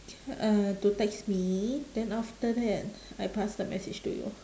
t~ uh to text me then after that I pass the message to you